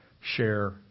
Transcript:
share